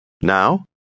Now